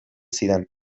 zidan